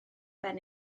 ben